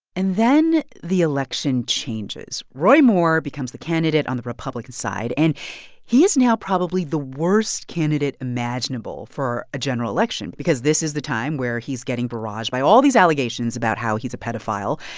and then the election changes. roy moore becomes the candidate on the republican side, and he is now probably the worst candidate imaginable for a general election because this is the time where he's getting barraged by all these allegations about how he's a pedophile.